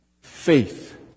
Faith